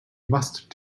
must